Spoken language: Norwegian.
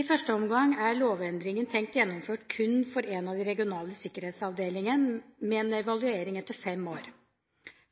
I første omgang er lovendringen tenkt gjennomført kun for en av de regionale sikkerhetsavdelingene, med en evaluering etter fem år.